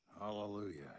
Hallelujah